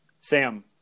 Sam